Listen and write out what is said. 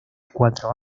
cuatro